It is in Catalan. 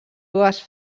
dues